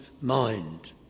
mind